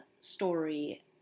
story